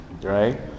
right